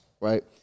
right